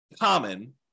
common